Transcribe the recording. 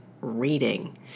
reading